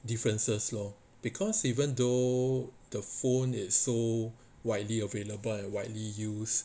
differences lor because even though the phone is so widely available and widely used